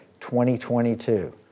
2022